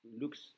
looks